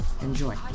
Enjoy